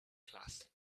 class